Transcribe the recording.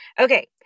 Okay